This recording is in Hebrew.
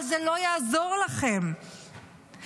אבל זה לא יעזור לכם -- תודה רבה.